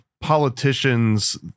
Politicians